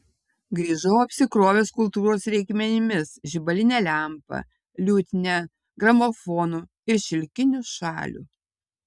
grįžau apsikrovęs kultūros reikmenimis žibaline lempa liutnia gramofonu ir šilkiniu šalių